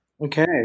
Okay